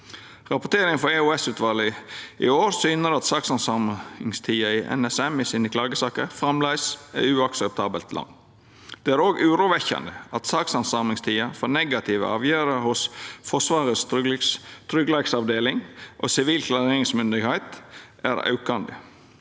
Rapporteringa frå EOS-utvalet i år syner at sakshandsamingstida i klagesakene til NSM framleis er uakseptabelt lang. Det er òg urovekkjande at sakshandsamingstida for negative avgjerder hos Forsvarets tryggleiksavdeling og Sivil klareringsmyndigheit er aukande.